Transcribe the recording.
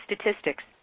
statistics